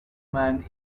man